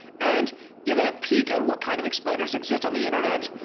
and given a peek at what kind of explainers exist on the internet,